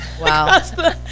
Wow